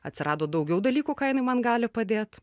atsirado daugiau dalykų ką jinai man gali padėt